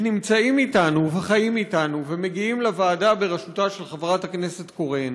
כי נמצאים אתנו וחיים אתנו ומגיעים לוועדה בראשותה של חברת הכנסת קורן